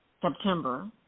September